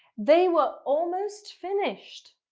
they were almost finished